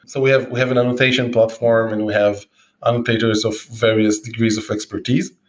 so we have we have an annotation platform and we have um pagers of various degrees of expertise,